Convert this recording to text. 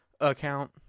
account